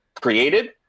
created